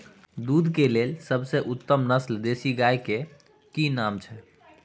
दूध के लेल सबसे उत्तम नस्ल देसी गाय के की नाम छै?